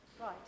Right